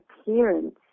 appearance